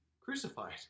crucified